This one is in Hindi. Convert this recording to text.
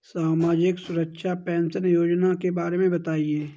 सामाजिक सुरक्षा पेंशन योजना के बारे में बताएँ?